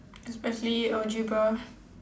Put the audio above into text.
especially algebra